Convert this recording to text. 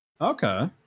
Okay